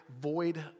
void